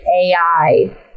AI